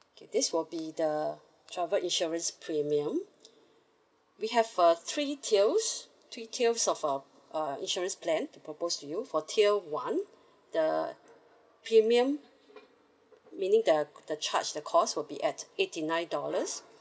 okay this will be the travel insurance premium we have a three tiers three tiers of uh uh insurance plan to propose to you for tier one the premium meaning the the charge the cost will be at eighty nine dollars